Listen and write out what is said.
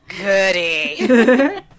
goody